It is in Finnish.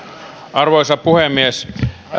arvoisa puhemies